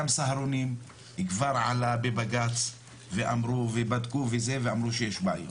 גם סהרונים כבר עלה בבג"צ ואמרו ובדקו וזה ואמרו שיש בעיות.